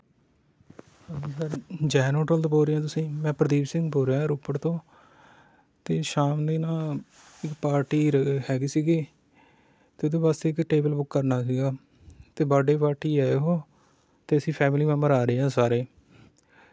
ਹਾਂਜੀ sir Jain hotel ਤੋਂ ਬੋਲ ਰਹੇ ਹੋ ਤੁਸੀ ਮੈਂ ਪਰਦੀਪ ਸਿੰਘ ਬੋਲ ਰਿਹਾ ਰੋਪੜ ਤੋਂ ਅਤੇ ਸ਼ਾਮ ਨੂੰ ਨਾ ਇੱਕ ਪਾਰਟੀ ਰ ਹੈਗੀ ਸੀਗੀ ਅਤੇ ਉਹਦੇ ਵਾਸਤੇ ਇੱਕ ਟੇਬਲ ਬੁੱਕ ਕਰਨਾ ਸੀਗਾ ਅਤੇ ਬਰਡੇ ਪਾਰਟੀ ਹੈ ਉਹ ਅਤੇ ਅਸੀਂ ਫੈਮਲੀ ਮੈਂਬਰ ਆ ਰਹੇ ਹਾਂ ਸਾਰੇ